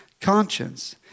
conscience